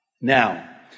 Now